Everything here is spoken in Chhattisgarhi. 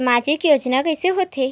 सामजिक योजना कइसे होथे?